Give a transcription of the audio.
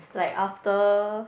like after